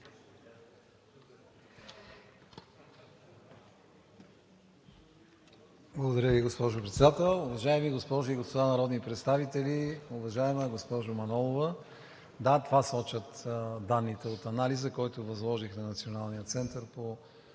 Благодаря Ви, госпожо Председател. Уважаеми госпожи и господа народни представители! Уважаема госпожо Манолова, да, това сочат данните от анализа, който възложих на Националния център по